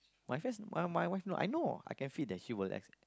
my friends uh my my wife not I know I can feel that she will